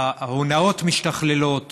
ההונאות משתכללות,